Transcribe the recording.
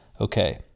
Okay